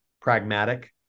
pragmatic